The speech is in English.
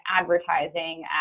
advertising